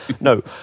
No